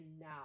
now